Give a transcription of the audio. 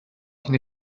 cyn